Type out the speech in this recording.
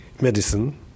medicine